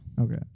Okay